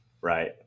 right